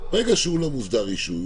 ברגע שהוא לא מוסדר רישוי,